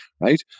right